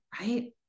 right